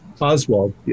Oswald